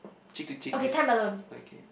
cheek to cheek is okay